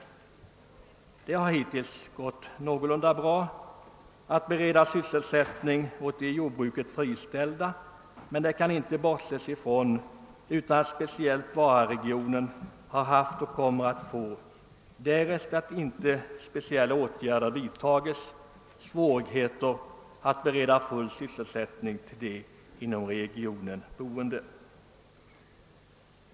Detta har hittills gått någorlunda bra, men man kan inte bortse från att speciellt Vararegionen har haft och, därest icke särskilda åtgärder vidtages, kommer att få svårigheter att bereda full sysselsättning åt de inom regionen boende.